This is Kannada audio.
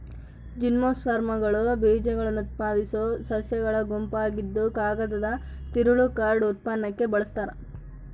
ಜಿಮ್ನೋಸ್ಪರ್ಮ್ಗಳು ಬೀಜಉತ್ಪಾದಿಸೋ ಸಸ್ಯಗಳ ಗುಂಪಾಗಿದ್ದುಕಾಗದದ ತಿರುಳು ಕಾರ್ಡ್ ಉತ್ಪನ್ನಕ್ಕೆ ಬಳಸ್ತಾರ